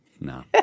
No